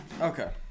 Okay